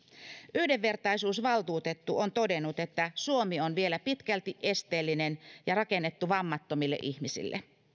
yhdenvertaisuusvaltuutettu on todennut että suomi on vielä pitkälti esteellinen ja rakennettu vammattomille ihmisille